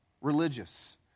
religious